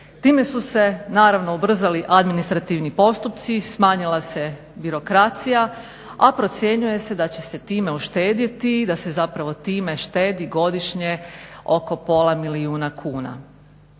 Time su se naravno ubrzali administrativni postupci, smanjila se birokracija, a procjenjuje se da će se time uštedjeti i da se zapravo time štedi godišnje oko pola milijuna kuna.